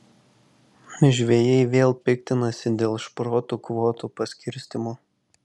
žvejai vėl piktinasi dėl šprotų kvotų paskirstymo